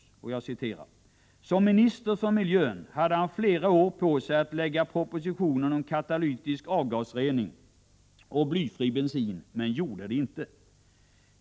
I tidningen heter det: ”Som minister för miljön hade han flera år på sig att lägga propositionen om katalytisk avgasrening och blyfri bensin men gjorde det inte.